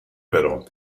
però